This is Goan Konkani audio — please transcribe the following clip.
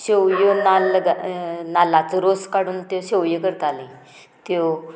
शेवयो नाल्ल नाल्लांचो रोस काडून त्यो शेवयो करतालीं त्यो